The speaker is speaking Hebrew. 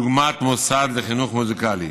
דוגמת מוסד לחינוך מוזיקלי,